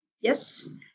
Yes